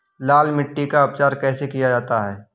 लाल मिट्टी का उपचार कैसे किया जाता है?